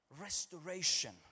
restoration